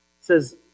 says